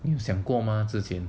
你有想过吗之前